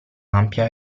ampia